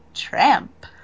Tramp